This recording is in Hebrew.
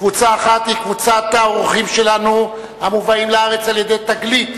קבוצה אחת היא קבוצת האורחים שלנו המובאים לארץ על-ידי "תגלית",